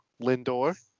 Lindor